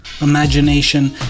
imagination